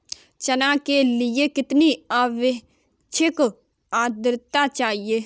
चना के लिए कितनी आपेक्षिक आद्रता चाहिए?